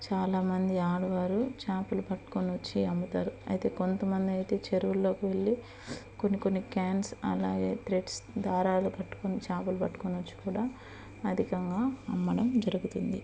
చాలా మంది ఆడువారు చేపలు పట్టుకొని వచ్చి అమ్ముతారు అయితే కొంతమంది అయితే చెరువులలో వెళ్ళి కొన్ని కొన్ని క్యాన్స్ అలాగే త్రేడ్స్ దారాలు కట్టుకొని చేపలు పట్టుకొని వచ్చి కూడా అధికంగా అమ్మడం జరుగుతుంది